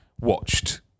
watched